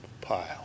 pile